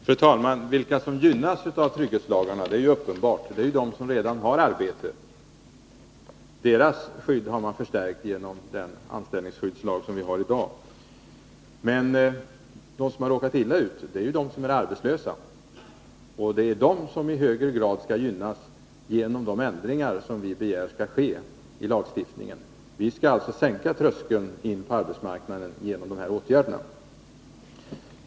Fru talman! Vilka är det som gynnas av trygghetslagarna? Ja, det är uppenbarligen de som redan har arbete. Deras skydd har man förstärkt genom den anställningsskyddslag som vi har i dag. Men de som har råkat illa ut är de arbetslösa. Det är de som i högre grad skall gynnas genom de ändringar i lagstiftningen som vi begär. Vi skall alltså sänka tröskeln till arbetsmarknaden genom de här åtgärderna.